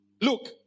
look